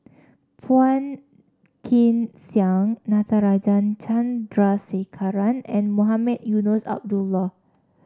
Phua Kin Siang Natarajan Chandrasekaran and Mohamed Eunos Abdullah